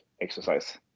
exercise